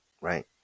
Right